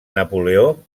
napoleó